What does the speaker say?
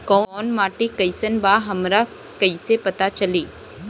कोउन माटी कई सन बा हमरा कई से पता चली?